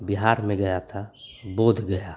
बिहार में गया था बोधगया